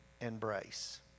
embrace